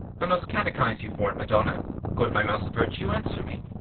i must catechize you for it, madonna good my mouse of virtue, answer me.